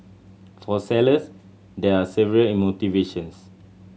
for sellers there are several in motivations